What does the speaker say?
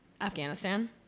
Afghanistan